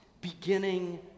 beginning